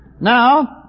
Now